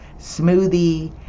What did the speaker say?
smoothie